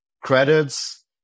credits